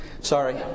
Sorry